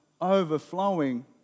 overflowing